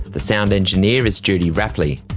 the sound engineer is judy rapley,